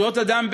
זכויות אדם,